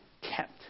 kept